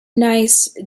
nice